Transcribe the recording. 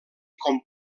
com